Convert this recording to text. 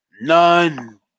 None